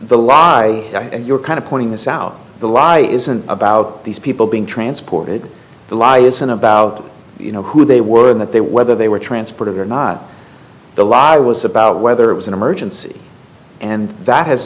the lie and you're kind of pointing this out the law isn't about these people being transported the law isn't about you know who they were that they whether they were transported or not the lie was about whether it was an emergency and that has